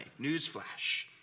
Newsflash